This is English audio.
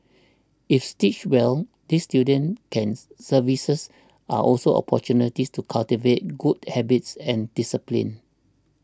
if stitched well these student care services are also opportunities to cultivate good habits and discipline